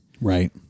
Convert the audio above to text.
Right